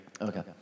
Okay